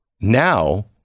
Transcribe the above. Now